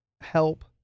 help